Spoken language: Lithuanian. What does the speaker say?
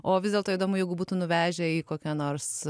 o vis dėlto įdomu jeigu būtų nuvežę į kokią nors